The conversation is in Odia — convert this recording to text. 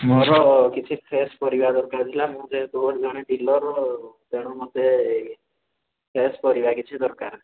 ମୋର କିଛି ଫ୍ରେସ୍ ପରିବା ଦରକାର ଥିଲା ମୁଁ ଯେହେତୁ ଜଣେ ଡିଲର୍ ତେଣୁ ମୋତେ ଫ୍ରେସ୍ ପରିବା କିଛି ଦରକାର